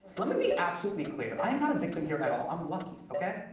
let me be absolutely clear, i'm not a victim here at all. i'm lucky, okay?